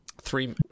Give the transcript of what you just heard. three